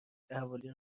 تحولی